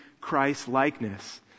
Christ-likeness